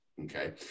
okay